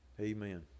Amen